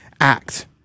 act